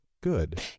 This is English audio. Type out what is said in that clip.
good